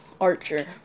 Archer